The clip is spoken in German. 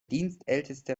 dienstälteste